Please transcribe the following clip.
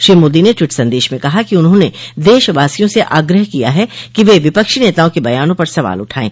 श्री मोदी ने ट्वीट संदेश में कहा कि उन्होंने देशवासियों से आग्रह किया कि वे विपक्षी नेताओं के बयानों पर सवाल उठाएं